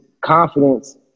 confidence